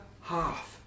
half